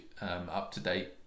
up-to-date